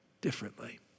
differently